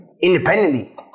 independently